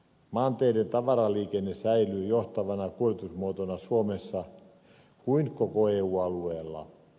maanteiden tavaraliikenne säilyy johtavana kuljetusmuotona niin suomessa kuin koko eu alueella